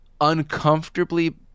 uncomfortably